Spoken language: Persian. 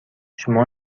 شما